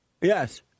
Yes